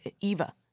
Eva